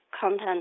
content